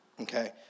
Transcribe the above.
okay